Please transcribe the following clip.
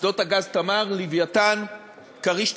שדות הגז "תמר", "לווייתן", "כריש"